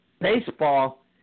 Baseball